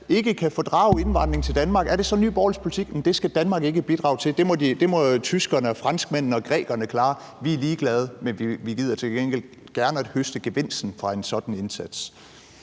ikke kan fordrage indvandring til Danmark – at det skal Danmark ikke bidrage til; det må tyskerne og franskmændene og grækerne klare; vi er ligeglade, men vi gider til gengæld godt at høste gevinsten fra en sådan indsats?